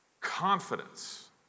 confidence